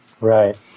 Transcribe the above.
Right